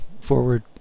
forward